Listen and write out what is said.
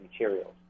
materials